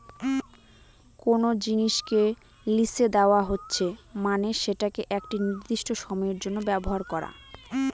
কোনো জিনিসকে লিসে দেওয়া হচ্ছে মানে সেটাকে একটি নির্দিষ্ট সময়ের জন্য ব্যবহার করা